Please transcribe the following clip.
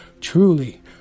truly